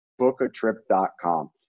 bookatrip.com